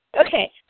Okay